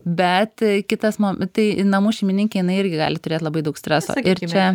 bet kitas mom tai namų šeimininkė jinai irgi gali turėt labai daug streso ir čia